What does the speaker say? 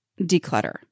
declutter